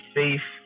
safe